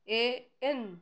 A N